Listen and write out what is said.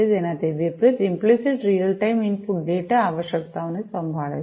તેનાથી વિપરિત implicit real time input data આવશ્યકતાઓને સંભાળે છે